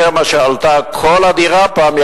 יותר מאשר עלתה כל הדירה פעם,